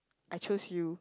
I chose you